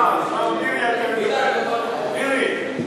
מירי,